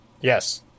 Yes